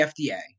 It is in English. FDA